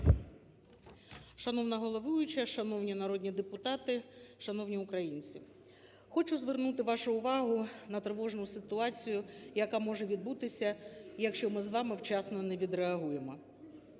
Шановна головуюча, шановні народі депутати, шановні українці! Хочу звернути вашу увагу на тривожну ситуацію, яка може відбутися, якщо ми з вами вчасно не відреагуємо.